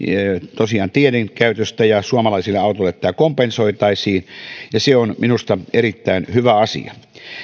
tosiaan teiden käytöstä ja suomalaisille autoille tämä kompensoitaisiin ja se on minusta erittäin hyvä asia